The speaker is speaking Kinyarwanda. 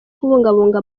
kubungabunga